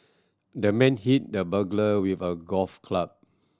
the man hit the burglar with a golf club